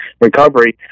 recovery